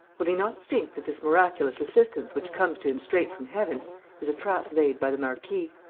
will he not think that this miraculous assistance which comes to him straight from heaven is a trap laid by the marquis?